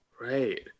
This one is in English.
Right